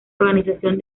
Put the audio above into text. organización